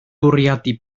bwriadu